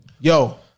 Yo